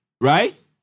Right